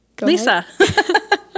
Lisa